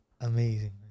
Amazing